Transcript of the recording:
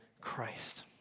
Christ